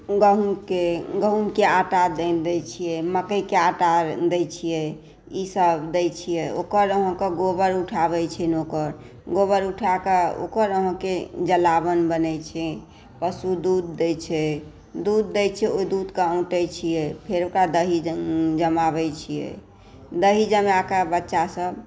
गहूॅंमके आटा दै छियै मक्कइके आटा दै छियै ई सब दै छियै ओकर अहाँकेँ गोबर उठाबै छै नौकर गोबर उठाए कऽ ओकर अहाँकेँ जलावन बनै छै पशु दूध दै छै दूध दै छै ओहि दूधके औंटै छियै ओकरा दही जमाबै छियै दही जमाए कऽ बच्चा सब